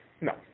No